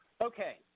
Okay